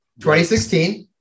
2016